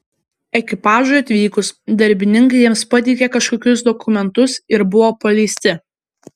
ekipažui atvykus darbininkai jiems pateikė kažkokius dokumentus ir buvo paleisti